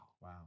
Wow